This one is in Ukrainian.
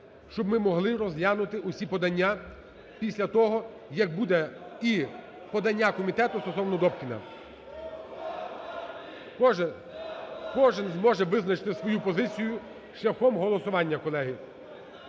щоб ми могли розглянути всі подання після того, як буде і подання комітету стосовно Добкіна. Отже, кожен зможе визначити свою позицію шляхом голосування, колеги.